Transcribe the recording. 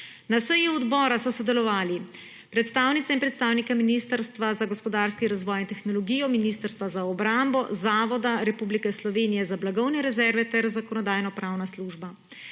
Na seji odbora so sodelovali predstavnice in predstavniki Ministrstva za gospodarski razvoj in tehnologijo, Ministrstva za obrambo, Zavoda Republike Slovenije za blagovne rezerve ter Zakonodajno-pravna služba.